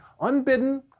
unbidden